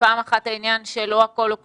ופעם אחת העניין של או הכול או כלום,